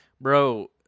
bro